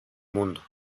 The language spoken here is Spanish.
mundo